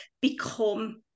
become